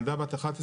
ילדה בת 11,